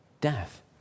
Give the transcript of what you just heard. Death